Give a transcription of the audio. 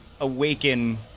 awaken